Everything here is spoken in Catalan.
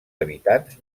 habitants